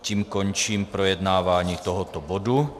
Tím končím projednávání tohoto bodu.